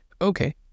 Okay